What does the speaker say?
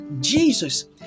Jesus